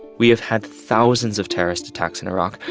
we have had thousands of terrorist attacks in iraq.